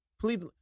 Please